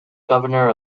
governor